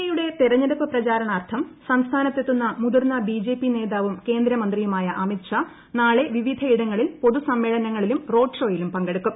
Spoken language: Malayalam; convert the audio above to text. എ യുടെ തെരഞ്ഞെടുപ്പ് പ്രചാരണാർത്ഥം സംസ്ഥാനത്ത് എത്തുന്ന മുതിർന്ന ബിജെപി നേതാവും കേന്ദ്രമന്ത്രിയുമായ അമിത് ഷാ നാളെ വിവിധയിടങ്ങളിൽ പൊതുസമ്മേളനങ്ങളിലും റോഡ് ഷോയിലും പങ്കെടുക്കും